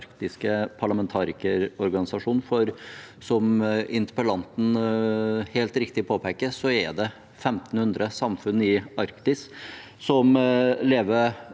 Som interpellanten helt riktig påpeker, er det 1 500 samfunn i Arktis som lever